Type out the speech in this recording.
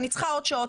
אני צריכה עוד שעות,